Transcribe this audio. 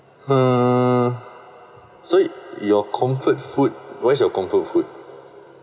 uh so your comfort food what's your comfort food